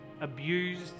abused